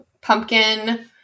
Pumpkin